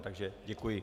Takže děkuji.